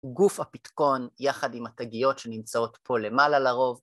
גוף הפתקון יחד עם התגיות שנמצאות פה למעלה לרוב